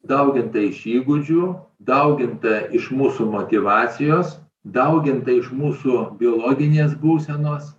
dauginta iš įgūdžių dauginta iš mūsų motyvacijos dauginta iš mūsų biologinės būsenos